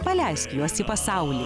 paleisk juos į pasaulį